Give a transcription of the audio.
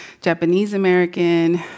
Japanese-American